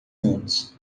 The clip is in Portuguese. anos